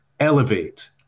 elevate